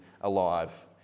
alive